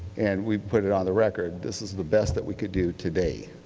and we put it on the record, this is the best that we could do today.